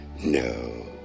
No